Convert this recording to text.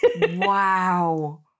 Wow